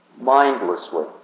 mindlessly